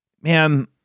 Man